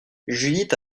judith